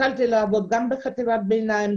התחלתי לעבוד גם בחטיבת ביניים,